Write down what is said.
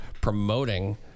promoting